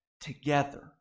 together